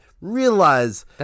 realize